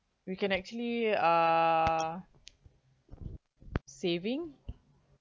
you can actually err saving